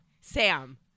Sam